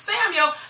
Samuel